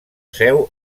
seu